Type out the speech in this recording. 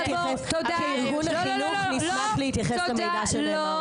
כארגון החינוך נשמח להתייחס למידע שנאמר פה.